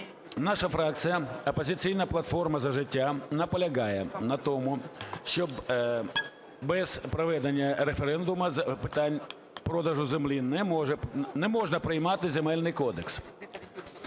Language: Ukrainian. Наша фракція "Опозиційна платформа - За життя" наполягає на тому, щоб без проведення референдуму з питань продажу землі не можна приймати Земельний кодекс.